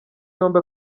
yombi